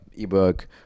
ebook